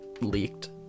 leaked